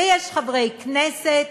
ויש חברי כנסת,